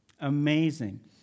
Amazing